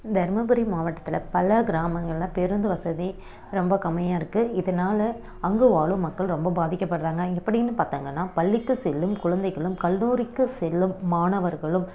தருமபுரி மாவட்டத்தில் பல கிராமங்களில் பேருந்து வசதி ரொம்ப கம்மியாக இருக்குது இதனால் அங்கு வாழும் மக்கள் ரொம்ப பாதிக்கப்படறாங்க எப்படின்னு பார்த்தாங்கன்னா பள்ளிக்கு செல்லும் குழந்தைகளும் கல்லூரிக்கு செல்லும் மாணவர்களும்